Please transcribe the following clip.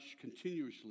continuously